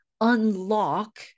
unlock